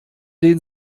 den